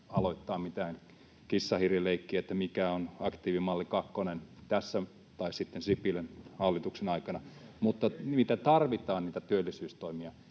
aloittaa mitään kissa—hiiri-leikkiä siitä, mikä on aktiivimalli kakkonen tässä tai sitten Sipilän hallituksen aikana, mutta niitä työllisyystoimia